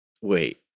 wait